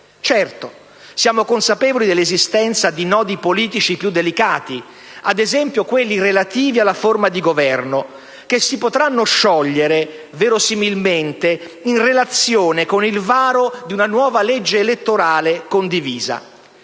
Certo, siamo consapevoli dell'esistenza di nodi politici più delicati, ad esempio quelli relativi alla forma di Governo, che si potranno sciogliere verosimilmente in relazione al varo di una nuova legge elettorale condivisa.